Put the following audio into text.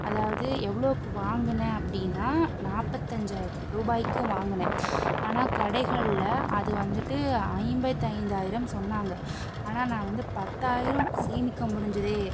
அதாவது எவ்வளோக்கு வாங்கின அப்படின்னா நாற்பத்தஞ்சாயிரம் ரூபாய்க்கு வாங்கின ஆனால் கடைகளில் அது வந்துட்டு ஐம்பத்தி ஐந்தாயிரம் சொன்னாங்க ஆனால் நான் வந்து பத்தாயிரம் சேமிக்க முடிஞ்சதே